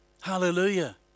Hallelujah